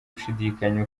gushidikanya